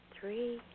three